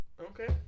Okay